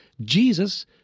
Jesus